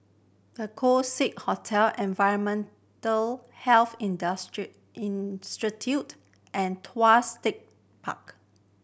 The Keong Saik Hotel Environmental Health Institute and Tuas Tech Park